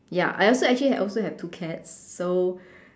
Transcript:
ya I also actually I also have two cats so